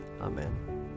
Amen